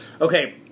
okay